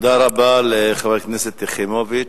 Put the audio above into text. תודה רבה לחברת הכנסת יחימוביץ.